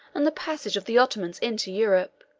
and the passage of the ottomans into europe,